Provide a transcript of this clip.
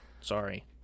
Sorry